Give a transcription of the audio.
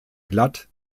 glatt